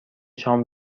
شام